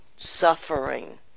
Suffering